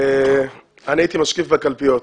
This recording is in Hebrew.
אני הייתי משקיף בקלפיות.